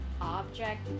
object